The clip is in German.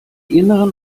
inneren